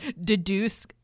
deduce